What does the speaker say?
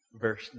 Verse